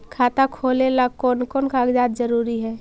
खाता खोलें ला कोन कोन कागजात जरूरी है?